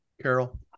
Carol